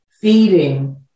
feeding